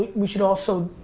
we should also,